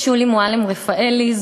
שולי מועלם-רפאלי,